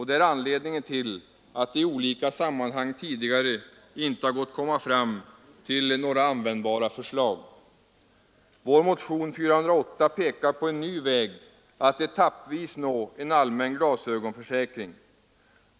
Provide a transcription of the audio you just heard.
Det är anledningen till att det i olika sammanhang tidigare inte har gått att komma fram till några användbara förslag. Vår motion nr 408 pekar på en ny väg att etappvis nå en allmän glasögonförsäkring.